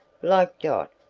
like dot,